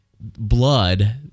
blood